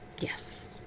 yes